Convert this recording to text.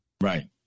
Right